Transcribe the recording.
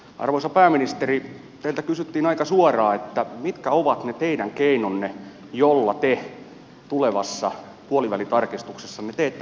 arvoisa pääministeri teiltä kysyttiin aika suoraan mitkä ovat ne teidän keinonne joilla te tulevassa puolivälitarkistuksessanne teette päätöksiä